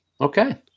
Okay